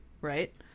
right